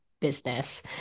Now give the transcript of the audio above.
business